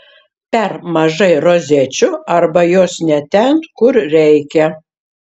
per mažai rozečių arba jos ne ten kur reikia